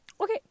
okay